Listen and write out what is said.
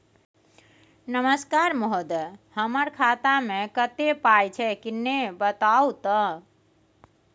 नमस्कार महोदय, हमर खाता मे कत्ते पाई छै किन्ने बताऊ त?